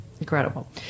Incredible